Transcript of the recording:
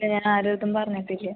ഇല്ല ഞാൻ ആരുടെ അടുത്തും പറഞ്ഞിട്ടില്ല